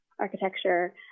architecture